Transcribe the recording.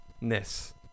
ness